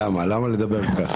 למה, למה לדבר ככה?